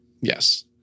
Yes